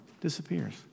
disappears